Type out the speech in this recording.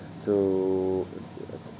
to